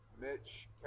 Mitch